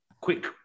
quick